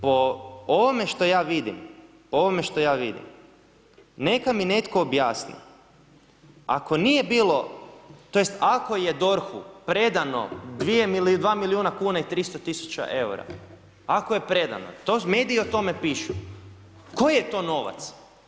Po ovome što ja vidim, po ovome što ja vidim, neka mi netko objasni ako nije bilo tj. ako je DORH-u predano 2 milijuna kuna i 300.000,00 EUR-a, ako je predano, mediji o tome pišu, koji je to novac?